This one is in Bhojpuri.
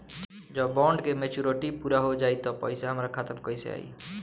जब बॉन्ड के मेचूरिटि पूरा हो जायी त पईसा हमरा खाता मे कैसे आई?